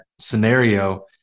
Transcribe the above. scenario